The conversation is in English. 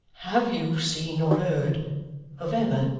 have you seen, or heard of emma